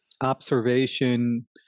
observation